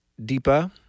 Deepa